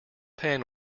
pan